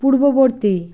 পূর্ববর্তী